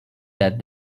that